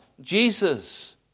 Jesus